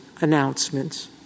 announcements